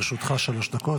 לרשותך שלוש דקות.